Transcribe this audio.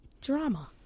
Drama